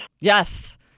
Yes